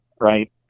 right